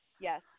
Yes